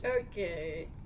Okay